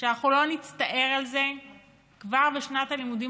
שאנחנו לא נצטער על זה כבר בשנת הלימודים